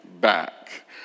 back